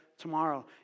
tomorrow